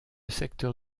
secteur